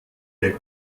der